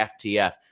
FTF